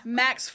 max